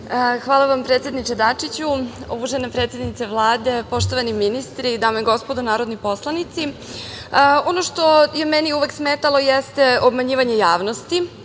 Hvala predsedniče Dačiću. Uvažena predsednica Vlade, poštovani ministri, dame i gospodo narodni poslanici, ono što je meni uvek smetalo jeste obmanjivanje javnosti,